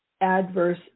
adverse